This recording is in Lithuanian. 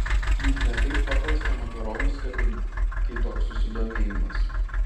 juk ne taip paprasta makaronus kabinti kai toks susidomėjimas